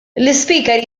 ispeaker